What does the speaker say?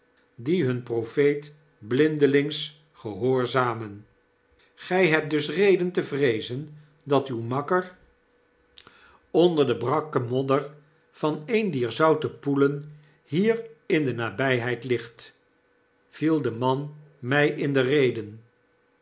die hun profeet blmdelings gehoorzamen gij hebt dus reden te vreezen dat uw makker onder de mokmonen onder de brakke modder van een dier zoute poelen hier in de nabyheid ligt viel de man mij in de reden